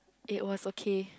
it was okay